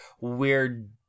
weird